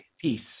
Peace